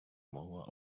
мова